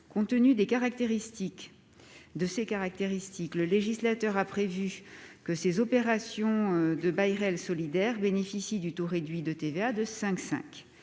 Compte tenu de ces caractéristiques, le législateur a prévu que les opérations de BRS bénéficient du taux réduit de TVA de 5,5